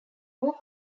more